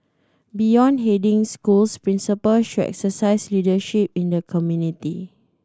beyond heading schools principals should exercise leadership in the community